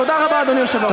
תודה רבה, אדוני היושב-ראש.